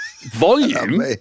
Volume